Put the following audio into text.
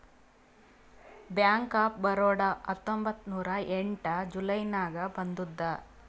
bank of Baroda ಹತ್ತೊಂಬತ್ತ್ ನೂರಾ ಎಂಟ ಜುಲೈ ನಾಗ್ ಬಂದುದ್